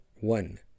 one